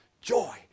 joy